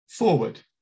Forward